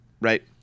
right